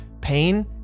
pain